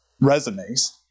resumes